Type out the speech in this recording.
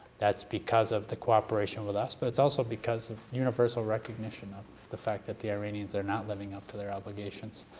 that's because of the cooperation with us, but it's also because of universal recognition of the fact that the iranians are not living up to their obligations,